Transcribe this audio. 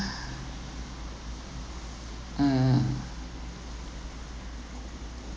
mm